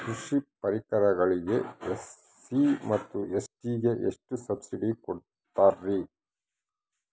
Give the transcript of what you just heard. ಕೃಷಿ ಪರಿಕರಗಳಿಗೆ ಎಸ್.ಸಿ ಮತ್ತು ಎಸ್.ಟಿ ಗೆ ಎಷ್ಟು ಸಬ್ಸಿಡಿ ಕೊಡುತ್ತಾರ್ರಿ?